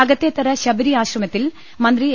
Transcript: അകത്തേത്തറ ശബരിആശ്രമ ത്തിൽ മന്ത്രി എ